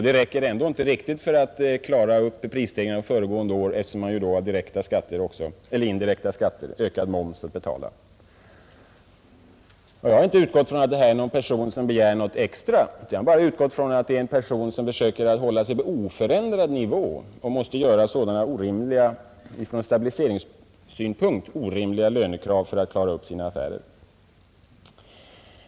Det räcker ändå inte riktigt för att klara upp prisstegringarna under föregående år, eftersom han då har indirekta skatter i form av ökad moms att betala. Jag har inte utgått från att detta är en person som begär något extra utan endast att det är en person som försöker hålla sig på oförändrad nivå och som måste göra sådana från stabiliseringssynpunkt orimliga lönekrav för att klara upp sina affärer.